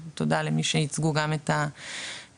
תודה למי שייצגו גם את המכללות.